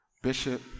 Bishop